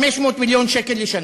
500 מיליון שקל לשנה,